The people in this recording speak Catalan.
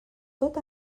tot